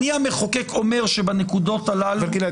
אני המחוקק אומר שבנקודות הללו צריך --- גלעד,